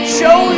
show